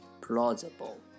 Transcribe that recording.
plausible